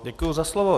Děkuji za slovo.